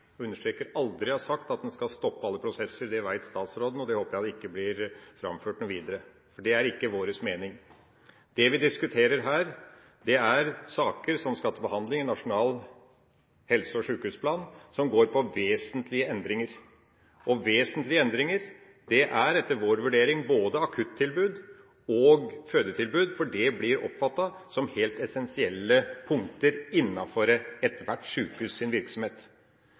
jeg understreker aldri – har sagt at en skal stoppe alle prosesser. Det vet statsråden, og det håper jeg at ikke blir framført videre, for det er ikke vår mening. Det vi diskuterer her, er saker som skal til behandling i forbindelse med nasjonal helse- og sykehusplan, og som går på vesentlige endringer. Og «vesentlige» endringer er, etter vår vurdering, både akuttilbud og fødetilbud, for dette blir oppfattet som helt essensielle punkter i virksomheten til ethvert